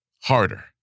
harder